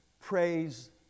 praise